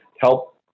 help